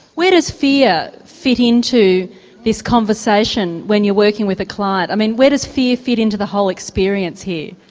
where does fear fit in to this conversation when you're working with a client? i mean where does fear fit in to the whole experience here?